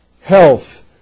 health